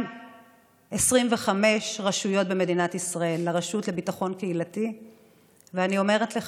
ב-225 רשויות במדינת ישראל, אני אומרת לך,